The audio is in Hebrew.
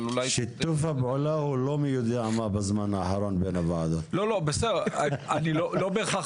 בזמן האחרון שיתוף הפעולה בין הוועדות הוא לא מי יודע מה.